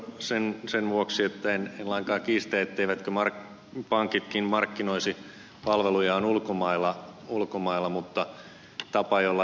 puheenvuoro sen vuoksi että en lainkaan kiistä etteivätkö pankitkin markkinoisi palvelujaan ulkomailla mutta tapaan jolla ed